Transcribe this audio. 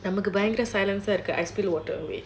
எனக்கு பயங்கர:enakku bayangara silence ah இருக்கு:irukku